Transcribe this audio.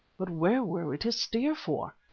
but where were we to steer for?